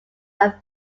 are